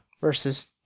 versus